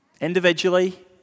individually